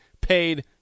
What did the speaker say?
paid